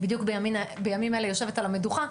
שיושבת בדיוק בימים אלה על המדוכה,